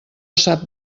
sap